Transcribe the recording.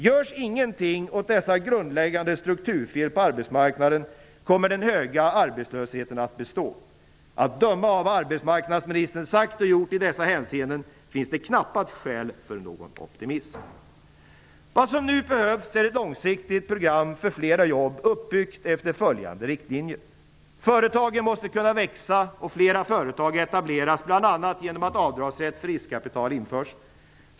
Görs ingenting åt dessa grundläggande strukturfel på arbetsmarknaden kommer den höga arbetslösheten att bestå. Att döma av vad arbetsmarknadsministern sagt och gjort i dessa hänseenden finns det knappast skäl för någon optimism. Vad som nu behövs är ett långsiktigt program för flera jobb uppbyggt efter följande riktlinjer: Företagen måste kunna växa och flera företag etableras, bl.a. genom att avdragsrätt för riskkapital införs.